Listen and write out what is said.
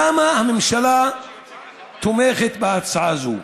למה הממשלה תומכת בהצעה זו?